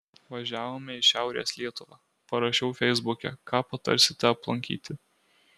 važiavome į šiaurės lietuvą parašiau feisbuke ką patarsite aplankyti